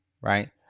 right